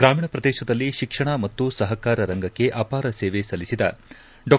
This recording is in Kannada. ಗ್ರಾಮೀಣ ಪ್ರದೇಶದಲ್ಲಿ ಶಿಕ್ಷಣ ಮತ್ತು ಸಹಕಾರ ರಂಗಕ್ಕೆ ಅಪಾರ ಸೇವೆ ಸಲ್ಲಿಸಿದ ಡಾ